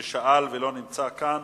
ששאל ולא נמצא כאן,